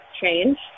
change